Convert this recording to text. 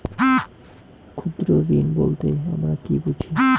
ক্ষুদ্র ঋণ বলতে আমরা কি বুঝি?